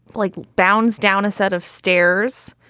like, bounds down a set of stairs.